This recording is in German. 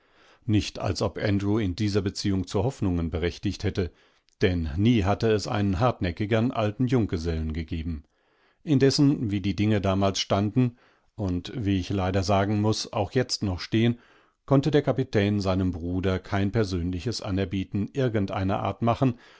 nicht als ob andrew in dieser beziehung zu hoffnungen berechtigt hätte denn nie hatte es einen hartnäckigern alten junggesellen gegeben indessen wiediedingedamalsstandenundwieichleidersagenmuß auchjetztnoch stehen konnte der kapitän seinem bruder kein persönliches anerbieten irgend einer art machen